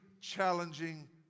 challenging